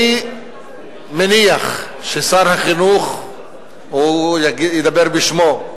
אני מניח ששר החינוך הוא ידבר בשמו,